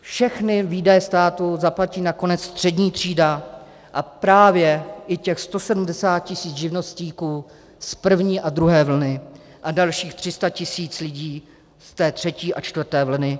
Všechny výdaje státu zaplatí nakonec střední třída a právě i těch 170 tisíc živnostníků z první a druhé vlny a dalších 300 tisíc lidí v té třetí a čtvrté vlně.